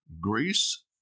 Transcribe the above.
greece